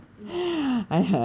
ya